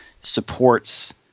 supports